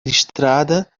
listrada